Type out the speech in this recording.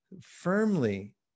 firmly